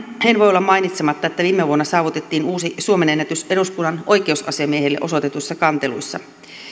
en voi olla mainitsematta että viime vuonna saavutettiin uusi suomenennätys eduskunnan oikeusasiamiehelle osoitetuissa kanteluissa